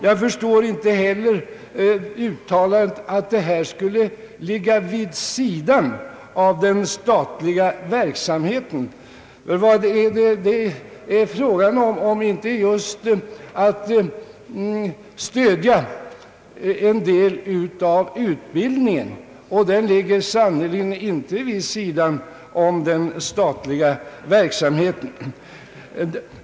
Jag förstår inte heller uttalandet att det här arbetet skulle ligga vid sidan av den statliga verksamheten. Det är ju här fråga om att stödja en del av utbildningen i vårt land, och den kan sannerligen inte sägas ligga vid sidan av den statliga verksamheten.